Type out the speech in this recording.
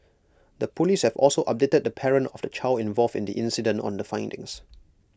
the Police have also updated the parent of the child involved in the incident on the findings